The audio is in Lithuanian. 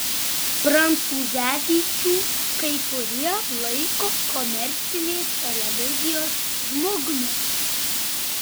prancūzevičių kai kurie laiko komercinės televizijos žmogumi